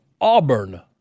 Auburn